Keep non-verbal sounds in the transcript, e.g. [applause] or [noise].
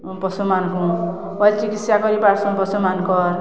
ପଶୁମାନଙ୍କୁ [unintelligible] ଚିକିତ୍ସା କରିପାର୍ସୁ ପଶୁମାନଙ୍କର